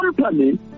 company